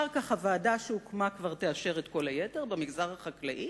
ואחר כך הוועדה שהוקמה כבר תאשר את כל היתר במגזר החקלאי.